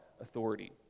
authority